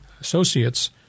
associates